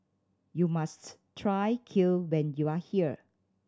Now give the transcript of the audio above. you must try Kheer when you are here